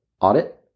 audit